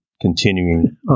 continuing